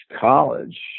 college